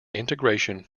integration